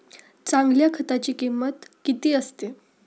चांगल्या खताची किंमत किती असते?